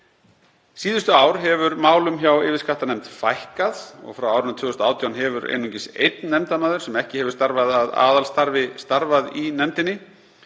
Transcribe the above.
Síðustu ár hefur málum hjá yfirskattanefnd fækkað og frá árinu 2018 hefur einungis einn nefndarmaður sem ekki hefur starfið að aðalstarfi starfað í nefndinni.